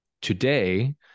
today